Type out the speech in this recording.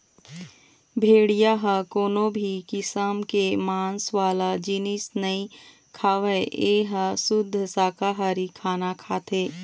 भेड़िया ह कोनो भी किसम के मांस वाला जिनिस नइ खावय ए ह सुद्ध साकाहारी खाना खाथे